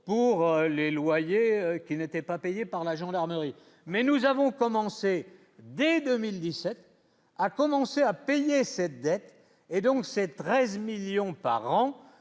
pour les loyers qui n'étaient pas payées par la gendarmerie, mais nous avons commencé dès 2017 a commencé à payer cette dette et donc ces 13 millions par an,